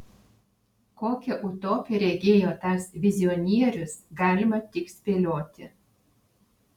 kokią utopiją regėjo tas vizionierius galima tik spėlioti